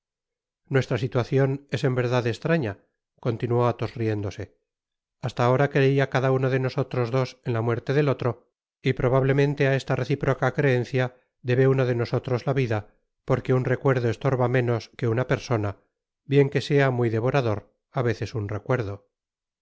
nuestra situacion es en verdad estraña continuó athos riéndose hasta ahora creia cada uno de nosotros dos en la muerte del otro y probablemente á esta reciproca creencia debe uno de nosotros la vida porque un recuerdo estorba menos que una persona bien que sea muy devorador á veces un recuerdo